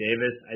Davis